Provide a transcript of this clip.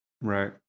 right